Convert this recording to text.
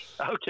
Okay